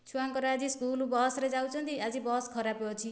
ଛୁଆଙ୍କର ଆଜି ସ୍କୁଲ୍ ବସ୍ରେ ଯାଉଛନ୍ତି ଆଜି ବସ୍ ଖରାପ ଅଛି